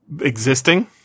existing